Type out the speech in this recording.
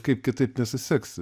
kaip kitaip nesuseksi